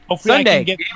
Sunday